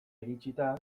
iritsita